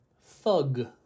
thug